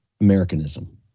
Americanism